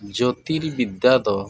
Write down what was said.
ᱡᱚᱛᱤᱨᱵᱤᱫᱽᱫᱟ ᱫᱚ